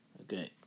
okay